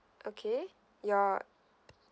okay your